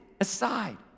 aside